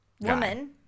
woman